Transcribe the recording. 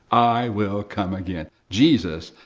i will come again. jesus,